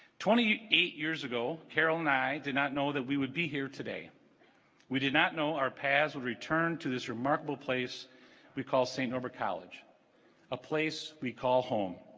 twenty eight years ago carol and i did not know that we would be here today we did not know our paths would return to this remarkable place we call st. college a place we call home